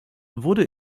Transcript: wurde